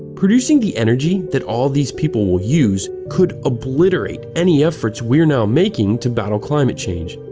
producing the energy that all these people will use could obliterate any efforts we're now making to battle climate change.